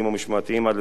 עד לסיום ההליכים,